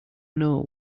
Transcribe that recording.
know